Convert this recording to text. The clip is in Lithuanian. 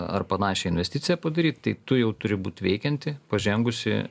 ar panašią investiciją padaryt tai tu jau turi būt veikianti pažengusi